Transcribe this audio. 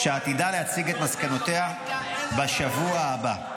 שעתידה להציג את מסקנותיה בשבוע הבא.